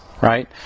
right